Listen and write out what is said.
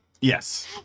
yes